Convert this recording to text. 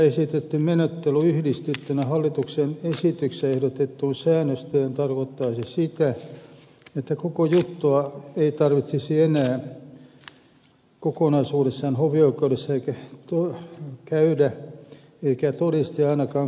lakialoitteessa esitetty menettely yhdistettynä hallituksen esityksessä ehdotettuun säännöstöön tarkoittaisi sitä ettei koko juttua tarvitsisi enää kokonaisuudessaan hovioikeudessa käydä eikä todistajia ainakaan kutsua sinne uudelleen